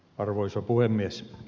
arvoisa puhemies